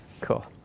Cool